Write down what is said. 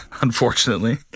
unfortunately